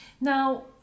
Now